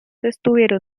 estuvieron